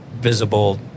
visible